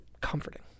Comforting